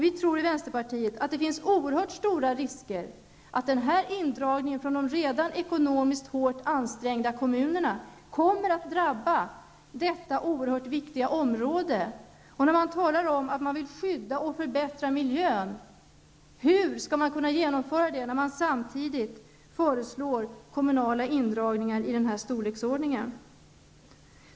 Vi tror i vänsterpartiet att det finns oerhört stora risker och att den här indragningen från de redan ekonomiskt hårt ansträngda kommunerna kommer att drabba detta oerhört viktiga område. Man talar om att man vill skydda och förbättra miljön. Hur skall man kunna genomföra det när man samtidigt föreslår kommunala indragningar i den här storleksordningen?